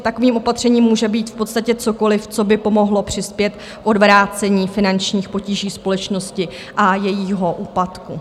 Takovým opatřením může být v podstatě cokoliv, co by pomohlo přispět k odvrácení finančních potíží společnosti a jejího úpadku.